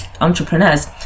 entrepreneurs